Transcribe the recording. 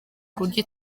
kuburyo